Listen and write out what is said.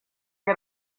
get